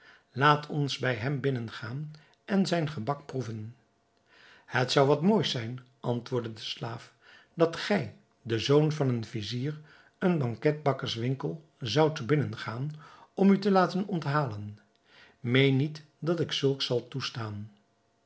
laat ons bij hem binnen gaan en zijn gebak proeven het zou wat moois zijn antwoordde de slaaf dat gij de zoon van een vizier een banketbakkers winkel zoudt binnen gaan om u te laten onthalen meen niet dat ik zulks zal toestaan